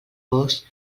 gos